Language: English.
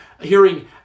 hearing